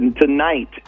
Tonight